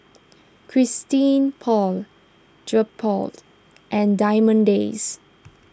Christian Paul and Diamond Days